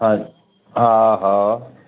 हा हा हा